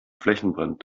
flächenbrand